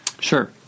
sure